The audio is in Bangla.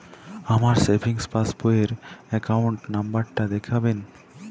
আমার সেভিংস পাসবই র অ্যাকাউন্ট নাম্বার টা দেখাবেন?